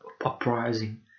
uprising